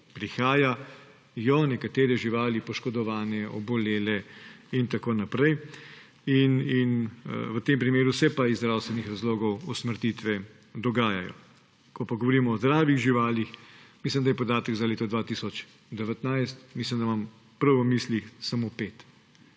prihajajo nekatere živali poškodovane, obolele in tako naprej. V tem primeru se pa iz zdravstvenih razlogov usmrtitve dogajalo. Ko pa govorimo o zdravih živalih, mislim, da je podatek za leto 2019, mislim da imam prav v mislih, samo 5.